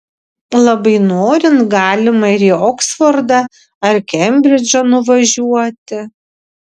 labai norint galima ir į oksfordą ar kembridžą nuvažiuoti